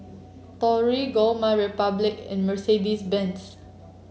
Torigo MyRepublic and Mercedes Benz